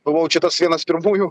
buvau čia tas vienas pirmųjų